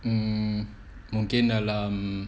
mm mungkin dalam